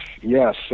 Yes